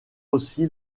aussi